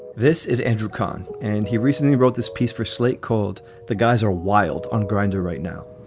this is andrew cohen and he recently wrote this piece for slate called the guys are wild on grindr right now